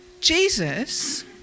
Jesus